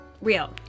Real